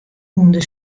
ûnder